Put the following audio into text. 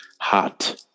hot